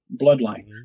bloodline